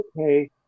okay